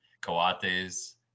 Coates